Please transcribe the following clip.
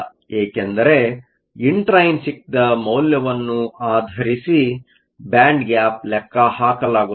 ಏಕೆಂದರೆ ಇಂಟ್ರೈನ್ಸಿಕ್ದ ಮೌಲ್ಯವನ್ನು ಆಧರಿಸಿ ಬ್ಯಾಂಡ್ ಗ್ಯಾಪ್ ಲೆಕ್ಕ ಹಾಕಲಾಗುತ್ತದೆ